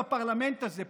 בפרלמנט הזה,